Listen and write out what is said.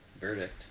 verdict